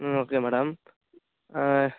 ம் okay madam